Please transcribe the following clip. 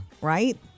right